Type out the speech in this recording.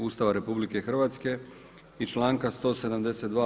Ustava RH i članka 172.